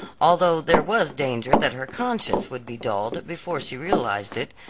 although there was danger that her conscience would be dulled, before she realized it,